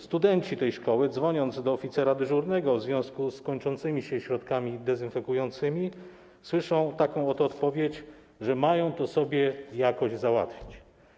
Studenci tej szkoły, dzwoniąc do oficera dyżurnego w związku z kończącymi się środkami dezynfekującymi, słyszą taką oto odpowiedź, że mają to sobie jakoś załatwić.